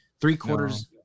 three-quarters –